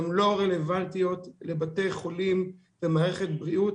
הן לא רלוונטיות לבתי חולים במערכת בריאות